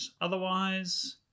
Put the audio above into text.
otherwise